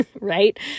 right